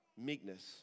meekness